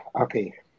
okay